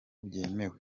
byemewe